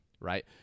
right